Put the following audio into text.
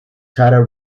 tara